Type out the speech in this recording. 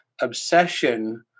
obsession